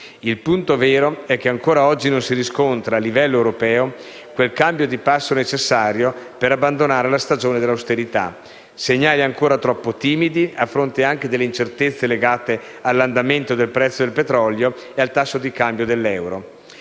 Il punto vero è che ancora oggi non si riscontra, a livello europeo, quel cambio di passo necessario per abbandonare la stagione dell'austerità. Vi sono segnali ancora troppo timidi, a fronte anche delle incertezze legate all'andamento del prezzo del petrolio e al tasso di cambio dell'euro.